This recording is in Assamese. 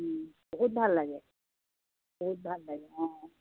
বহুত ভাল লাগে বহুত ভাল লাগে অঁ